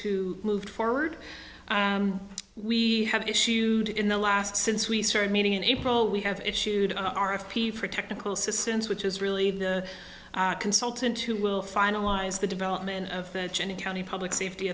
who moved forward we have issued in the last since we started meeting in april we have issued an r f p for technical assistance which is really the consultant who will finalize the development of any county public safety